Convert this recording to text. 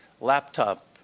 laptop